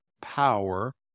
power